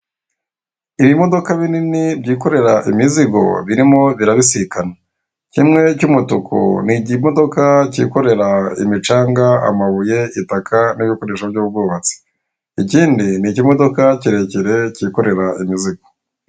Ibimodoka binini byikorera imizigo birimo birabisikana. Kimwe cy'umutuku ni ikimodoka kikorera imicanga, amabuye, itaka n'ibikoresho by'ubwubatsi. Ikindi ni ikimodoka kirekire kikorera imizigo.